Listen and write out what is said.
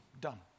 done